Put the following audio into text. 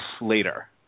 later